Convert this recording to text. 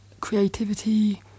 creativity